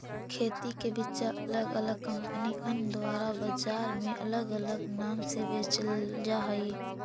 खेती के बिचा अलग अलग कंपनिअन द्वारा बजार में अलग अलग नाम से बेचल जा हई